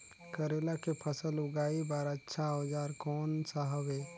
करेला के फसल उगाई बार अच्छा औजार कोन सा हवे?